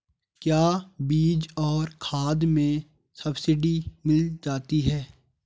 क्या बीज और खाद में सब्सिडी मिल जाती है?